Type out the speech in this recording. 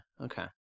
okay